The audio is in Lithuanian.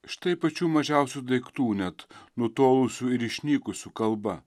štai pačių mažiausių daiktų net nutolusių ir išnykusių kalba